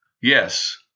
Yes